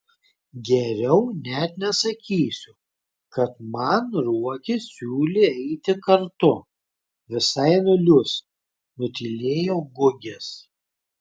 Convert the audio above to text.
geriau net nesakysiu kad man ruokis siūlė eiti kartu visai nuliūs nutylėjo gugis